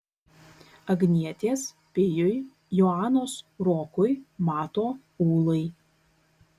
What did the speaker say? agnietės pijui joanos rokui mato ūlai